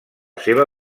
seva